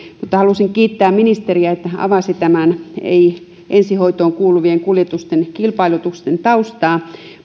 halusin kiittää ministeriä että hän avasi tämän ensihoitoon kuulumattomien kuljetusten kilpailutusten taustaa